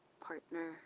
partner